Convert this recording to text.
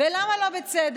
ובפירוש נתתי תקופת